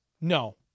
No